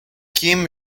kim